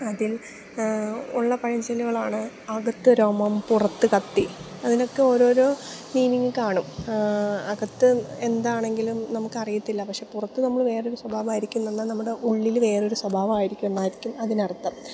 അതിൽ ഉള്ള പഴഞ്ചൊല്ലുകളാണ് അകത്ത് രോമം പുറത്ത് കത്തി അതിനൊക്കെ ഓരോരോ മീനിങ്ങ് കാണും അകത്ത് എന്താണെങ്കിലും നമുക്ക് അറിയത്തില്ല പക്ഷേ പുറത്ത് നമ്മൾ വേറൊരു സ്വഭാവമായിരിക്കും എ നമ്മുടെ ഉള്ളിൽ വേറൊരു സ്വഭാവമായിരിക്കും എന്നായിരിക്കും അതിന് അർത്ഥം